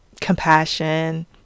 compassion